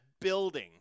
building